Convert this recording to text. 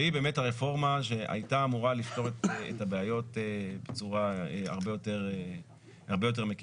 שהיא באמת הרפורמה שהייתה אמורה לפתור את הבעיות בצורה הרבה יותר מקיפה.